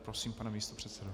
Prosím, pane místopředsedo.